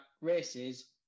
races